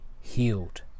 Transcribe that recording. healed